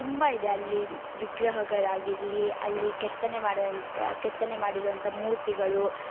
ತುಂಬ ಇದೆ ಅಲ್ಲಿ ವಿಗ್ರಹಗಳಾಗಿರಲಿ ಅಲ್ಲಿ ಕೆತ್ತನೆ ಮಾಡುವಂಥ ಕೆತ್ತನೆ ಮಾಡಿರುವಂಥ ಮೂರ್ತಿಗಳು